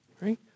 right